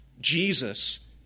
Jesus